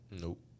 Nope